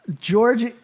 George